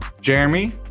Jeremy